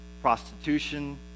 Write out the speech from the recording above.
prostitution